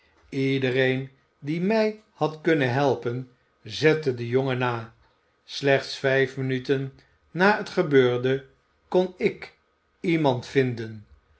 iedereen die mij had kunnen helpen zette den jongen na slechts vijf minuten na het gebeurde kon ik iemand vinden